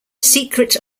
secret